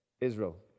Israel